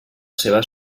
seva